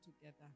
together